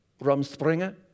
Rumspringa